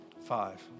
Five